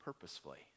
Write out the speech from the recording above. purposefully